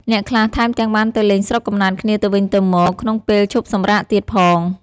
អ្នកខ្លះថែមទាំងបានទៅលេងស្រុកកំណើតគ្នាទៅវិញទៅមកក្នុងពេលឈប់សម្រាកទៀតផង។